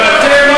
אבל אתם,